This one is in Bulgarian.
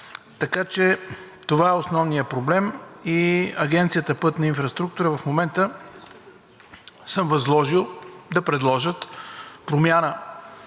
Така че това е основният проблем и на Агенция „Пътна инфраструктура“ в момента съм възложил да предложат промяна